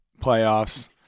playoffs